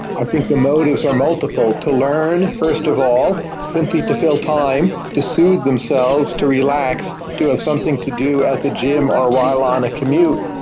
i think the motives are multiple, to learn first of all, simply to fill time, to soothe to relax, to have something to do at the gym or while on a commute,